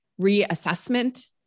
reassessment